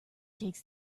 takes